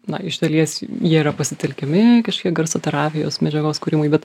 na iš dalies jie yra pasitelkiami kažkiek garso terapijos medžiagos kūrimui bet